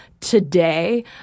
today